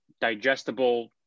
digestible